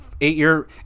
eight-year